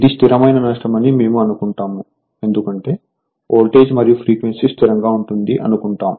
ఇది స్థిరమైన నష్టమని మేము అనుకుంటాము ఎందుకంటేవోల్టేజ్ మరియు ఫ్రీక్వెన్సీ స్థిరంగా ఉంటుంది అనుకుంటాం